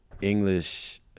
English